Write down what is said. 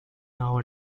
now